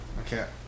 Okay